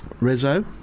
Rizzo